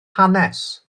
hanes